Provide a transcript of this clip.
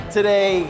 today